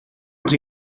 els